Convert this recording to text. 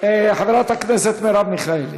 חברת הכנסת מרב מיכאלי.